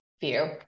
view